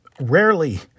rarely